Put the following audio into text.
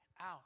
out